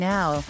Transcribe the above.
Now